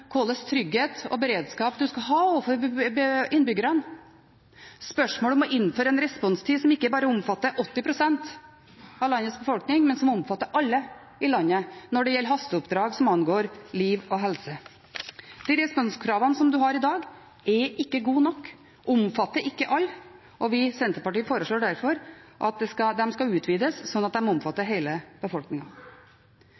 trygghet og beredskap en skal ha overfor innbyggerne, og spørsmålet om å innføre en responstid som ikke bare omfatter 80 pst. av landets befolkning, men som omfatter alle i landet når det gjelder hasteoppdrag som angår liv og helse. De responskravene som en har i dag, er ikke gode nok og omfatter ikke alle. Vi i Senterpartiet foreslår derfor at de skal utvides, slik at de omfatter